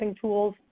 tools